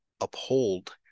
uphold